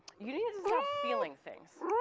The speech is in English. you need to just stop feeling things.